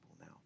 now